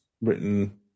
written